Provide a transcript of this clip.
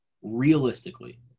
realistically